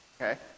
Okay